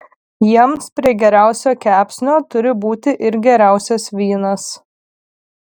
jiems prie geriausio kepsnio turi būti ir geriausias vynas